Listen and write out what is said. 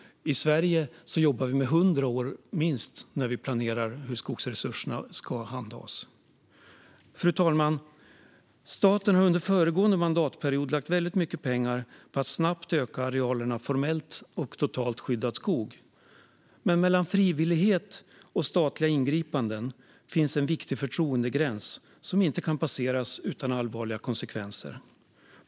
I Sverige jobbar vi med minst hundra år när vi planerar hur skogsresurserna ska handhas. Fru talman! Staten har under föregående mandatperiod lagt mycket pengar på att snabbt öka arealerna formellt totalskyddad skog. Men mellan frivillighet och statliga ingripanden finns en viktig förtroendegräns som inte kan passeras utan allvarliga konsekvenser.